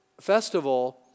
festival